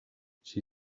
she